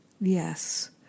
Yes